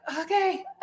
okay